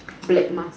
black mask